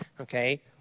okay